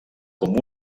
com